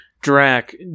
drac